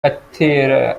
atera